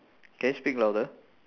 can you speak louder